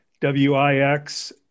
w-i-x